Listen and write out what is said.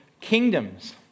kingdoms